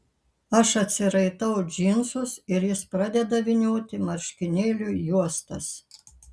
aš atsiraitau džinsus ir jis pradeda vynioti marškinėlių juostas